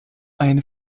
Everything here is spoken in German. eine